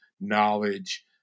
knowledge